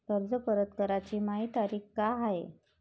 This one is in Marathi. कर्ज परत कराची मायी तारीख का हाय?